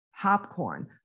popcorn